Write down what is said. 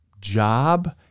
job